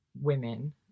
women